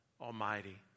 Almighty